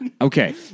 Okay